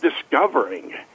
discovering